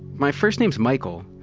my first name is michael.